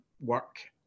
work